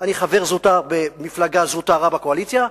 אני חבר זוטר במפלגה זוטרה בקואליציה,